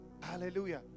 Hallelujah